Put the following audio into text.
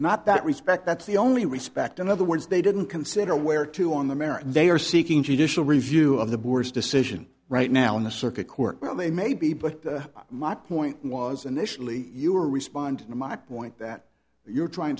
not that respect that's the only respect in other words they didn't consider where to on the merit they are seeking judicial review of the board's decision right now in the circuit court well they may be but my point was initially you were responding to my point that you're trying